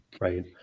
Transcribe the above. Right